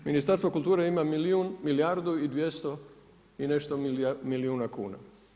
Ministarstvo kulture ima milijardu i 200 i nešto milijuna kuna.